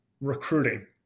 recruiting